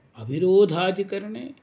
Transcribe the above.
अविरोधाधिकरणे